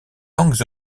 langues